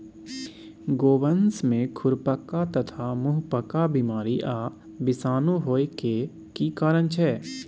गोवंश में खुरपका तथा मुंहपका बीमारी आ विषाणु होय के की कारण छै?